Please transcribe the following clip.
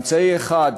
אמצעי אחד,